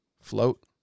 float